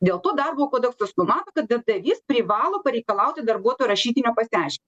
dėl to darbo kodeksas numato kad darbdavys privalo pareikalauti darbuotojo rašytinio pasiaiš